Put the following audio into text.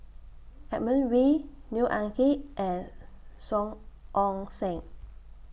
Edmund Wee Neo Anngee and Song Ong Siang